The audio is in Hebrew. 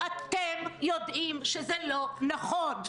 אתם גם חתומים על זה באופן אישי.